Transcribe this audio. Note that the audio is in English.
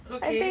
okay